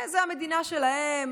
זו המדינה שלהם,